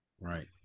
Right